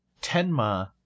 Tenma